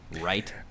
right